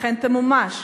אכן תמומש,